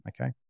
okay